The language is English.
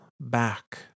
back